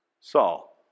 Saul